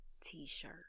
T-shirt